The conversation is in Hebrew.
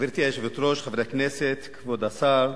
גברתי היושבת-ראש, חברי הכנסת, כבוד השר,